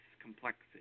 complexity